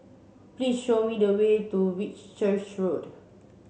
please show me the way to Whitchurch Road